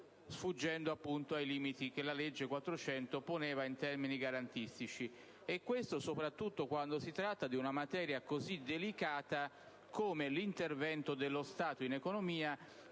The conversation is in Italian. sfuggendo ai limiti che la legge n. 400 del 1988 poneva in termini garantistici. Questo, soprattutto quando si tratta di una materia così delicata come l'intervento dello Stato in economia